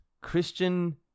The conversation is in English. Christian